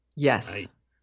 Yes